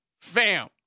fam